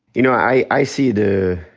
you know, i i see the